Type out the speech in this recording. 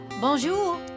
Bonjour